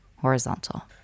horizontal